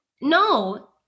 No